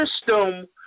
system